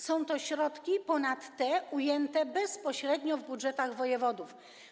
Są to środki ponad te ujęte bezpośrednio w budżetach wojewodów.